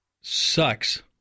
Sucks